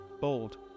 bold